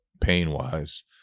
pain-wise